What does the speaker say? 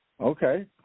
Okay